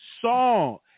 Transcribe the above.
song